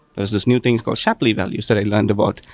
there's this new thing called shapley values that i learned about.